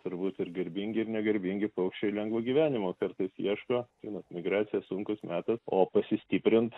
turbūt ir garbingi ir negarbingi paukščiai lengvo gyvenimo kartais ieško žinot migracija sunkus metas o pasistiprint